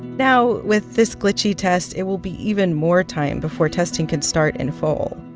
now, with this glitchy test, it will be even more time before testing can start in full